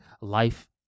life